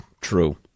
true